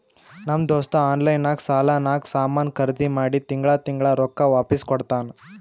ನಮ್ ದೋಸ್ತ ಆನ್ಲೈನ್ ನಾಗ್ ಸಾಲಾನಾಗ್ ಸಾಮಾನ್ ಖರ್ದಿ ಮಾಡಿ ತಿಂಗಳಾ ತಿಂಗಳಾ ರೊಕ್ಕಾ ವಾಪಿಸ್ ಕೊಡ್ತಾನ್